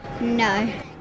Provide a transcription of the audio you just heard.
No